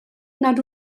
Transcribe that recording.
nad